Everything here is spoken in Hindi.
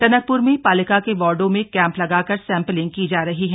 टनकप्र में पालिका के वार्डो में कैम्प लगाकर सैम्पलिंग की जा रही है